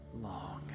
long